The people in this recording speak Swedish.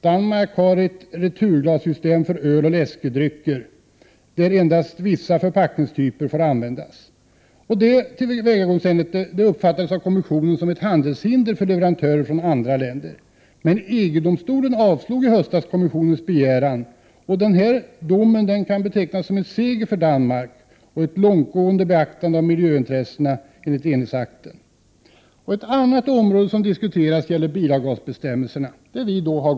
Danmark har ett returglassystem för öl och läskedrycker, där endast vissa förpackningstyper får användas. Detta system uppfattades av kommissionen som ett handelshinder för leverantörer från andra länder, men EG domstolen avslog i höstas kommissionens begäran om ett utslag i den riktningen. Denna dom kan betraktas som en seger för Danmark och som ett långtgående beaktande av miljöintressena. Ett annat område som diskuteras är bilavgasbestämmelserna, där vi har Prot.